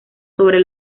sobre